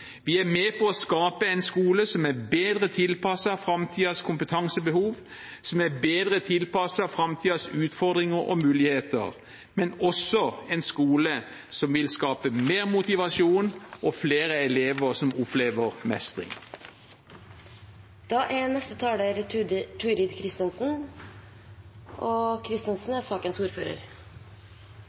Vi er med på å skape en skole som er bedre tilpasset framtidens kompetansebehov, og som er bedre tilpasset framtidens utfordringer og muligheter – men også en skole som vil skape mer motivasjon og flere elever som opplever mestring. Jeg hadde egentlig planlagt å snakke litt mer bredt rundt yrkesfag, om de satsingene som er